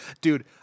Dude